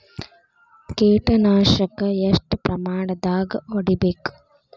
ಕೇಟ ನಾಶಕ ಎಷ್ಟ ಪ್ರಮಾಣದಾಗ್ ಹೊಡಿಬೇಕ?